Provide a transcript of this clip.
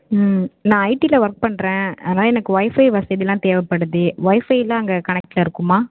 ம் நான் ஐடியில் ஒர்க் பண்ணுறேன் ஆனால் எனக்கு ஒய்ஃபை வசதியெல்லாம் தேவைப்படுது ஒய்ஃபையெலாம் அங்கே கனெக்ட்டில் இருக்குமா